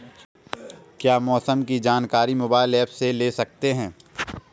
क्या मौसम की जानकारी मोबाइल ऐप से ले सकते हैं?